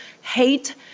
hate